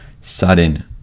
Sudden